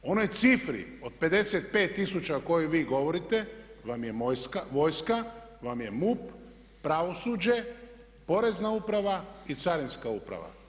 U onoj cifri od 55 tisuća o kojoj vi govorite vam je vojska, MUP, pravosuđe, Porezna uprava i Carinska uprava.